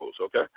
okay